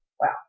Wow